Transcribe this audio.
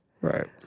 Right